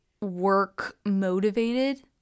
work-motivated